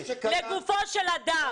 לגופו של אדם,